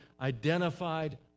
identified